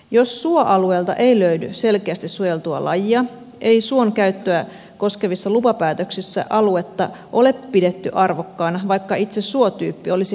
jos suoalueelta ei löydy selkeästi suojeltua lajia ei suon käyttöä koskevissa lupapäätöksissä aluetta ole pidetty arvokkaana vaikka itse suotyyppi olisi harvinainen